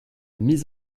mise